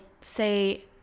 say